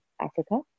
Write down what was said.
Africa